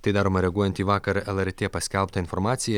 tai daroma reaguojant į vakar lrt paskelbtą informaciją